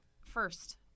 first